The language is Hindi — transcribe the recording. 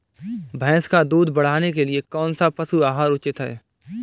भैंस का दूध बढ़ाने के लिए कौनसा पशु आहार उचित है?